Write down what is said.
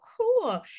cool